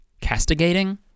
Castigating